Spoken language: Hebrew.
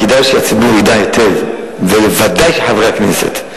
כדאי שהציבור ידע היטב ובוודאי שחברי הכנסת,